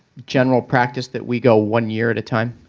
general practice that we go one year at a time?